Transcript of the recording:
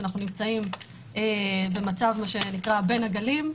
שאנחנו נמצאים בין הגלים,